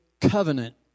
covenant